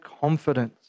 confidence